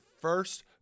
first